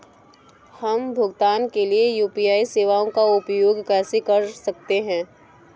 हम भुगतान के लिए यू.पी.आई सेवाओं का उपयोग कैसे कर सकते हैं?